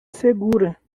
segura